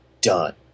Done